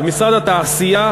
משרד התעשייה,